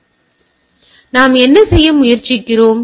பின்னர் நாம் என்ன செய்ய முயற்சிக்கிறோம்